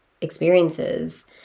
experiences